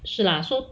是啦 so